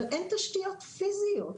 אבל אין תשתיות פיזיות.